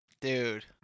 dude